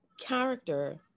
character